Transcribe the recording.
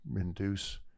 induce